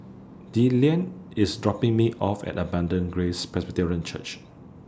Dillan IS dropping Me off At Abundant Grace Presbyterian Church